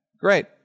Great